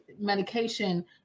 medication